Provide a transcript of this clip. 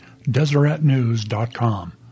deseretnews.com